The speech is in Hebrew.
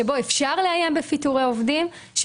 שבו אפשר לאיים בפיטורי עובדים,